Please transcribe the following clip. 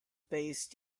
based